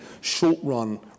short-run